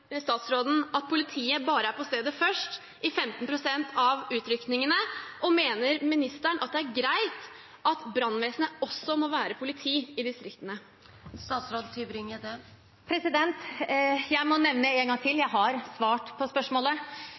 at politiet er på stedet først bare i 15 pst. av utrykningene? Og mener statsråden det er greit at brannvesenet også må være politi i distriktene? Jeg må nevne det en gang til: Jeg har svart på spørsmålet.